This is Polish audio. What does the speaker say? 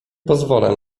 pozwolę